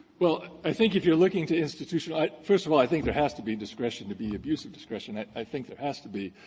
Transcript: well, i think if you're looking to institution first of all, i think there has to be discretion to be abuse of discretion. i i think there has to be.